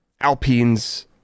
Alpines